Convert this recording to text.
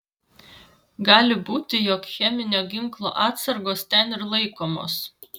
gali būti jog cheminio ginklo atsargos ten ir laikomos